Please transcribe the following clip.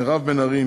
מירב בן ארי,